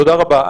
תודה רבה.